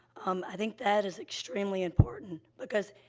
um, i think that is extremely important, because,